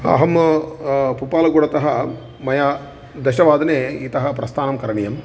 अहं पुप्पालगुळतः मया दशवादने इतः प्रस्थानं करणीयम्